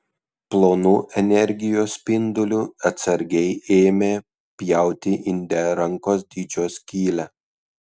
plonu energijos spinduliu atsargiai ėmė pjauti inde rankos dydžio skylę